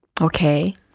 Okay